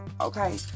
okay